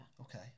Okay